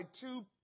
two